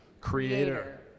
Creator